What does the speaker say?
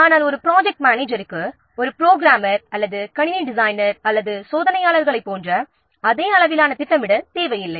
ஆனால் ஒரு ப்ரொஜெக்ட் மேனேஜருக்கு புரோகிராமர் அல்லது கணினி டிசைனர் அல்லது சோதனையாளர்களை போன்ற அதே அளவிலான திட்டமிடல் தேவையில்லை